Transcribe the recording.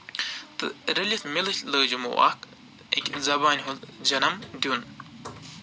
تہٕ رٔلِتھ مِلِتھ لٲج یِمَو اکھ اکہِ زَبانہِ ہُند جَرہہ دیُن